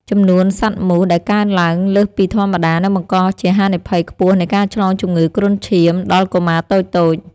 ចំនួនសត្វមូសដែលកើនឡើងលើសពីធម្មតានឹងបង្កជាហានិភ័យខ្ពស់នៃការឆ្លងជំងឺគ្រុនឈាមដល់កុមារតូចៗ។